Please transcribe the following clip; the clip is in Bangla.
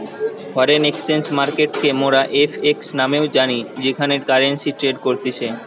ফরেন এক্সচেঞ্জ মার্কেটকে মোরা এফ.এক্স নামেও জানি যেখানে কারেন্সি ট্রেড করতিছে